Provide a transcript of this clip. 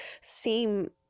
seem